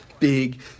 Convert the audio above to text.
Big